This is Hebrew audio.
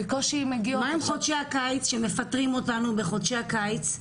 בקושי הן מגיעות --- מה עם חודשי הקיץ שמפטרים אותנו בחודשי הקיץ?